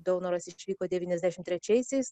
daunoras išvyko devyniasdešimt trečiaisiais